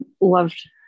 Loved